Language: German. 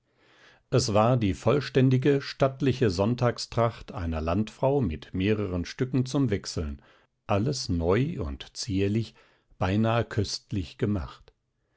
es war die vollständige stattliche sonntagstracht einer landfrau mit mehreren stücken zum wechseln alles neu und zierlich beinahe köstlich gemacht